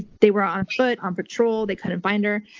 they were on foot, on patrol, they couldn't find her.